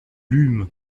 lûmes